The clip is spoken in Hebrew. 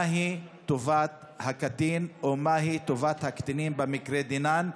מהי טובת הקטין או מהי טובת הקטינים במקרה דנן,